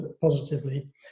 positively